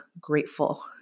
grateful